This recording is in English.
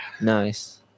Nice